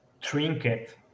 trinket